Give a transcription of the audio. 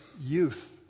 youth